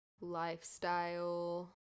lifestyle